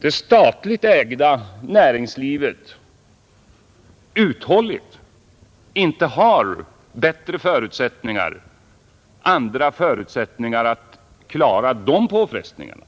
det statligt ägda näringslivet inte uthålligt har andra förutsättningar att klara de påfrestningarna.